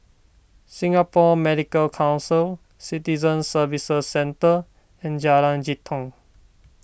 Singapore Medical Council Citizen Services Centre and Jalan Jitong